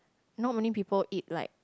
not many people eat like